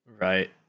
Right